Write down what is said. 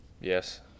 Yes